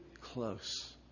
close